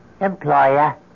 Employer